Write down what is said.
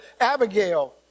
Abigail